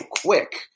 quick